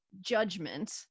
judgment